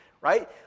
right